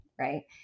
right